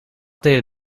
deden